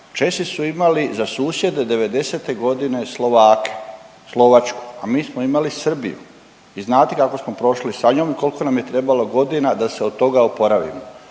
Česi su imali za susjede '90.-te godine Slovake, Slovačku, a mi smo imali Srbiju i znate kako smo prošli sa njom i koliko nam je trebalo godina da se od toga oporavimo.